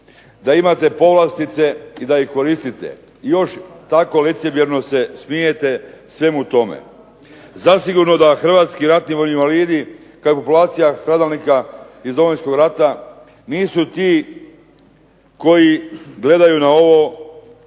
da imate povlastice i da ih koristiti. Još tako licemjerno se smijete svemu tome. Zasigurno da hrvatski ratni invalidi kao populacija stradalnika iz Domovinskog rata nisu ti koji gledaju na ovo